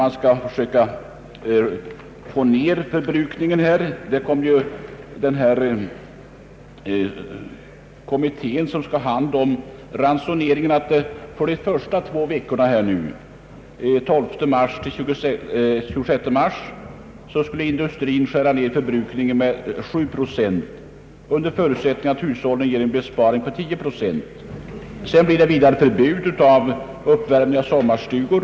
Nu gäller det emellertid inte bara att försöka minska elförbrukningen. Från den 12 mars till den 28 mars kommer industrin att få skära ner sin elförbrukning med sju procent under förutsättning att elförbrukningen i hushållen minskar med tio procent. Det blir vidare ett förbud mot att med elström värma upp sommarstugor.